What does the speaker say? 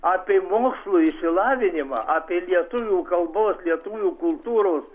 apie mūšų išsilavinimą apie lietuvių kalbos lietuvių kultūros